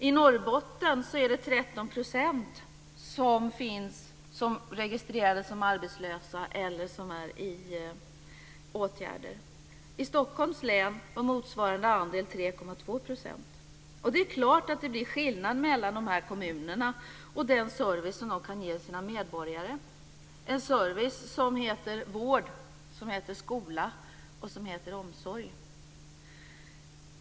I Norrbotten är det 13 % som är registrerade som arbetslösa eller som är i åtgärder. I Stockholms län är motsvarande andel 3,2 %. Det är klart att det blir skillnad mellan de här kommunerna och den service som de kan ge sina medborgare, den service som heter vård, som heter skola och som heter omsorg.